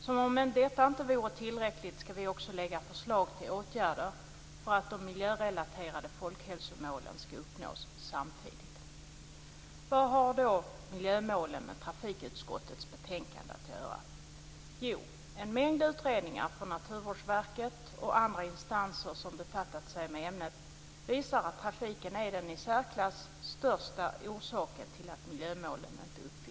Som om inte detta vore tillräckligt skall vi också lägga fram förslag till åtgärder för att samtidigt de miljörelaterade folkhälsomålen skall uppnås. Vad har då miljömålen med trafikutskottets betänkande att göra? Jo, en mängd utredningar från Naturvårdsverket och andra instanser som befattat sig med ämnet visar att trafiken är den i särklass största orsaken till att miljömålen inte uppfylls.